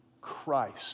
Christ